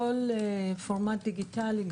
כל פורמט דיגיטלי,